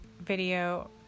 video